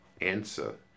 answer